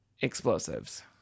explosives